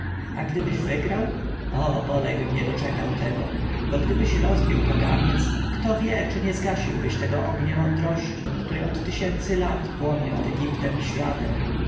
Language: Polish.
gdybyś wygrał o bodajbym nie doczekał tego bo gdybyś rozbił kaganiec kto wie czy nie zgasiłbyś tego ognia mądrości który od tysięcy lat płonie nad egiptem i światem